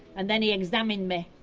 and then he examined me.